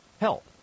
help